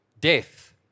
Death